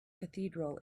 cathedral